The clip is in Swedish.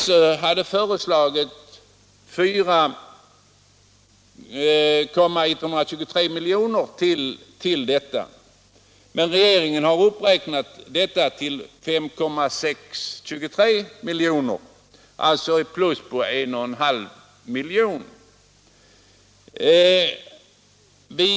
SÖ hade föreslagit 4,123 miljoner, men regeringen har uppräknat anslaget till 5,623 miljoner, alltså en ökning med 1,5 miljoner.